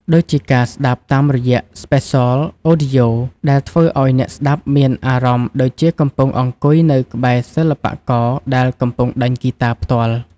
ដូចជាការស្តាប់តាមរយៈ ស្ប៉េហ្សល អូឌីយ៉ូ (Spatial Audio) ដែលធ្វើឱ្យអ្នកស្តាប់មានអារម្មណ៍ដូចជាកំពុងអង្គុយនៅក្បែរសិល្បករដែលកំពុងដេញហ្គីតាផ្ទាល់។